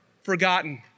forgotten